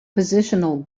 positional